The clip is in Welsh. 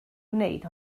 wneud